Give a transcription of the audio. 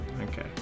Okay